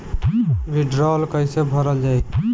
वीडरौल कैसे भरल जाइ?